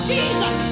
Jesus